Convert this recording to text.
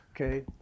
okay